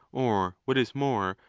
or what is more,